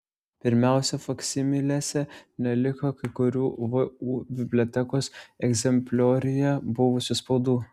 pirmiausia faksimilėse neliko kai kurių vu bibliotekos egzemplioriuje buvusių spaudų